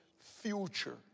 future